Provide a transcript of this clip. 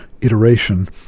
iteration